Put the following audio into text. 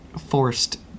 forced